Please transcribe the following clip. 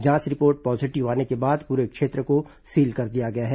जांच report positive आने के बाद पूरे क्षेत्र को सील कर दिया गया है